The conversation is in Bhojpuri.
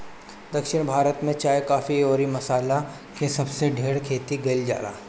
दक्षिण भारत में चाय, काफी अउरी मसाला के सबसे ढेर खेती कईल जाला